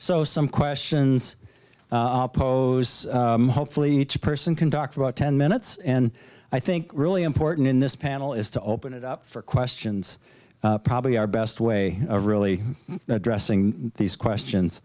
so some questions posed hopefully each person can talk about ten minutes and i think really important in this panel is to open it up for questions probably our best way of really addressing these questions